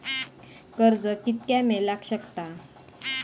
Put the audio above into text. कर्ज कितक्या मेलाक शकता?